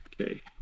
Okay